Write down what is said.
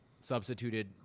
substituted